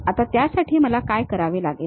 आता त्यासाठी मला काय करावे लागेल